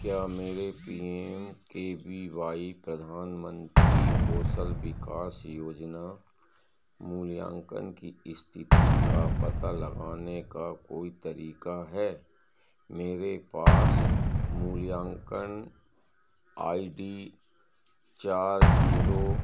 क्या मेरे P M K V Y प्रधानमन्त्री कौशल विकास योजना मूल्यान्कन की इस्थिति का पता लगाने का कोई तरीका है मेरे पास मूल्यान्कन आई डी चार ज़ीरो चार शून्य आठ पाँच आठ चार है और मेरे बैंक खाते की सँख्या के अन्तिम चार अंक आठ सात तीन नौ है